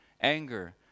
anger